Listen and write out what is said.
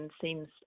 seems